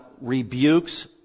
rebukes